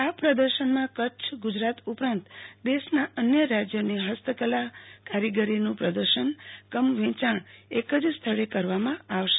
આ પ્રદર્શનમાં કચ્છ ગુજરાત ઉપરાંત દેશના અન્ય રાજયોની ફસ્તકલા કારીગરોનું પ્રદર્શન કમ વેંચાણ એક જ સ્થળે કરવામાં આવશે